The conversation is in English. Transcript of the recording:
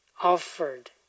offered